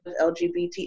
LGBT